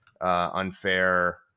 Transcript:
unfair